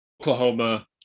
Oklahoma